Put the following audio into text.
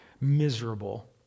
miserable